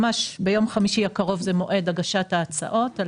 ממש ביום חמישי הקרוב זה מועד הגשת ההצעות על